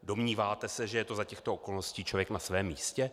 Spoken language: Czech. Domníváte se, že je to za těchto okolností člověk na svém místě?